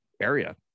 area